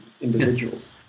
individuals